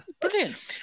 Brilliant